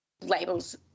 labels